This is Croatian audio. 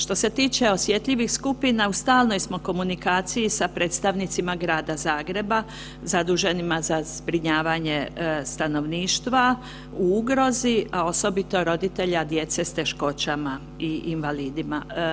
Što se tiče osjetljivih skupina u stalnoj smo komunikaciji sa predstavnicima Grada Zagreba zaduženima za zbrinjavanje stanovništva u ugrozi, a osobito roditelja djece s teškoćama i invalidima.